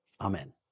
Amen